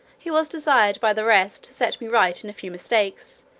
he was desired by the rest to set me right in a few mistakes,